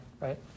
right